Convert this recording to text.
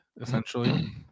essentially